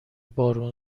بارون